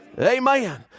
Amen